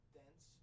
dense